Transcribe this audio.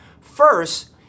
First